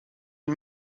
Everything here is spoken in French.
une